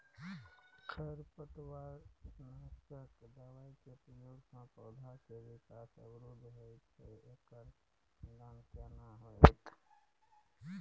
खरपतवार नासक दबाय के प्रयोग स पौधा के विकास अवरुध होय छैय एकर निदान केना होतय?